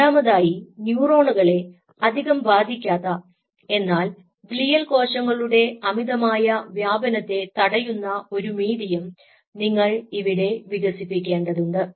രണ്ടാമതായി ന്യൂറോണുകളെ അധികം ബാധിക്കാത്ത എന്നാൽ ഗ്ലിയൽ കോശങ്ങളുടെ അമിതമായ വ്യാപനത്തെ തടയുന്ന ഒരു മീഡിയം നിങ്ങൾ ഇവിടെ വികസിപ്പിക്കേണ്ടതുണ്ട്